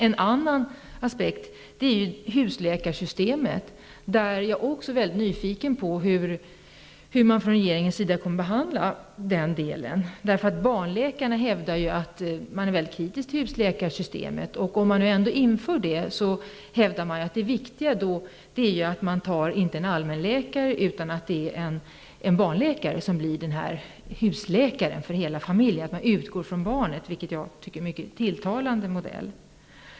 En annan aspekt är husläkarsystemet. Jag är mycket nyfiken på hur man från regeringens sida kommer att behandla den delen. Barnläkarna är mycket kritiska till husläkarsystemet. Om man ändå inför ett sådant system hävdar man att det viktiga är att en barnläkare och inte en allmänläkare blir husläkare för hela familjen. Att man utgår från barnet tycker jag är en mycket tilltalande modell.